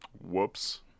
Whoops